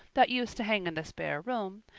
that used to hang in the spare room,